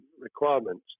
requirements